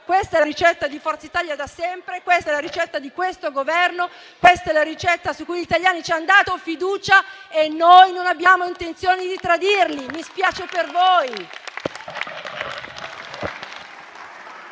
Questa è la ricetta di Forza Italia da sempre. Questa è la ricetta di questo Governo. Questa è la ricetta su cui gli italiani ci hanno dato fiducia e noi non abbiamo intenzione di tradirli, mi spiace per voi.